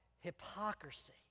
hypocrisy